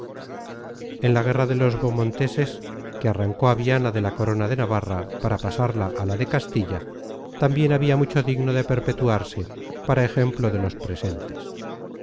en la guerra de los beaumonteses que arrancó a viana de la corona de navarra para pasarla a la de castilla también había mucho digno de perpetuarse para ejemplo de los presentes